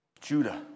Judah